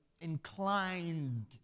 inclined